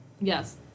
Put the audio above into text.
Yes